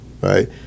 Right